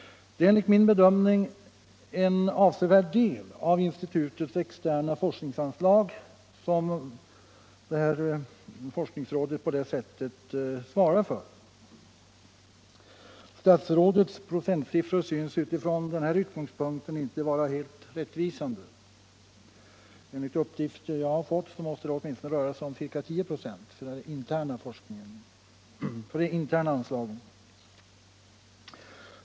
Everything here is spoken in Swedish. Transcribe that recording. Det är enligt min bedömning en avsevärd del av = strin institutets externa forskningsanslag som Maltdrycksforskningsrådet svarar för. Statsrådets procentsiffror synes från denna utgångspunkt inte vara helt rättvisande. Enligt uppgifter som jag har fått måste det röra sig om åtminstone ca 10 96 av de externa anslagen.